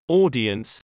audience